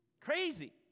Crazy